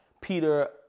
Peter